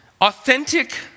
authentic